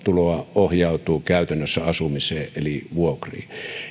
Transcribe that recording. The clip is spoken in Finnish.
ohjautuu käytännössä asumiseen eli vuokriin